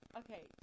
okay